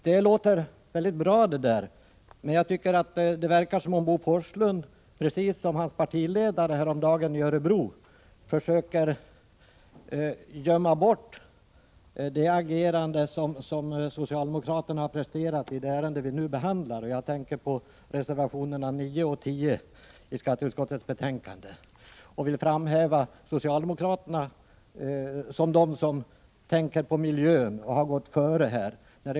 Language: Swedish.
Det låter väldigt bra, det där, men jag tycker att det verkar som om Bo Forslund, precis som hans partiledare gjorde häromdagen i Örebro, försöker skyla över det agerande som socialdemokraterna har presterat i det ärende vi nu behandlar — jag tänker på reservationerna 9 och 10 i skatteutskottets betänkande — och vill framhäva socialdemokraterna som dem som har gått före och tänkt på miljön.